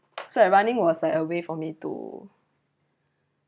so running was like way for me to